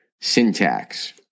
syntax